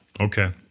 Okay